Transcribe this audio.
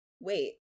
wait